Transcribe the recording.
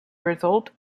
result